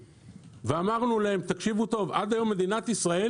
נמצאת בזום גם נעם דן, רפרנטית תעשייה